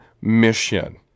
mission